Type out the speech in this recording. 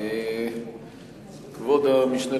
אדוני היושב-ראש,